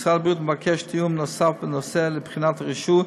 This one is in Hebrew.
משרד הבריאות מבקש תיאום נוסף בנושא בחינת הרישוי,